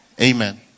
Amen